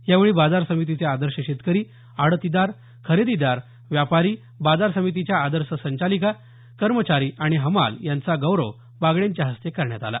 यावेळी बाजार समितीचे आदर्श शेतकरी आडतीदार खरेदीदार व्यापारी बाजार समितीच्या आदर्श संचालिका कर्मचारी आणि हमाल यांचा गौरव बागडेंच्या हस्ते करण्यात आला